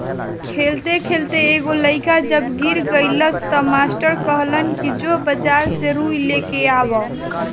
खेलते खेलते एगो लइका जब गिर गइलस त मास्टर कहलन कि जो बाजार से रुई लेके आवा